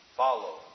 follow